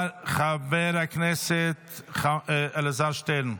חבר הכנסת אלעזר שטרן.